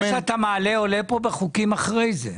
11:20) מה שאתה מעלה עולה כאן בחוקים אחר כך.